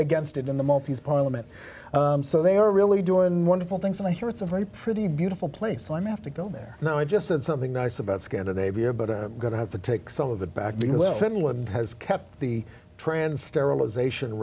against it in the maltese parliament so they're really doing wonderful things and i hear it's a very pretty beautiful place so i have to go there now i just said something nice about scandinavia but i'm going to have to take some of the back to finland has kept the trans sterilization